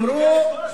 זה נוגע לכל השכבות,